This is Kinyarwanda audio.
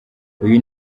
uyu